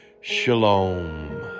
Shalom